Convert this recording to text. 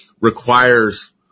Requires